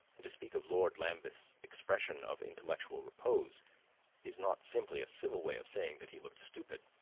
and to speak of lord lambeth's expression of intellectual repose is not simply a civil way of saying that he looked stupid.